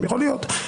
יכול להיות.